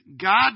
God